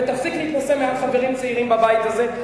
ותפסיק להתנשא מעל חברים צעירים בבית הזה,